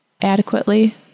adequately